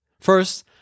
First